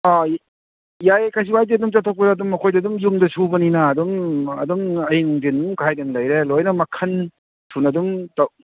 ꯑꯥ ꯌꯥꯏꯌꯦ ꯀꯩꯁꯨ ꯀꯥꯏꯗꯦ ꯑꯗꯨꯝ ꯆꯠꯊꯣꯛꯄꯗ ꯑꯗꯨꯝ ꯑꯩꯈꯣꯏꯗꯤ ꯑꯗꯨꯝ ꯌꯨꯝꯗ ꯁꯨꯕꯅꯤꯅ ꯑꯗꯨꯝ ꯑꯗꯨꯝ ꯑꯍꯤꯡ ꯅꯨꯡꯗꯤꯟ ꯑꯗꯨꯝ ꯈꯥꯏꯗꯅ ꯂꯩꯔꯦ ꯂꯣꯏꯅ ꯃꯈꯟ ꯊꯨꯅ ꯑꯗꯨꯝ